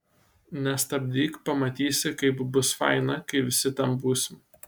nestabdyk pamatysi kaip bus faina kai visi ten būsim